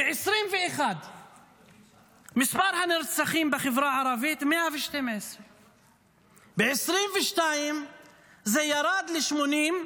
ב-2021 מספר הנרצחים בחברה הערבית הוא 112. ב-2022 זה ירד ל-86,